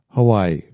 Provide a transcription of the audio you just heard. Hawaii